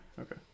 Okay